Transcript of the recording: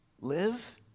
live